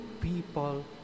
people